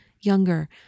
younger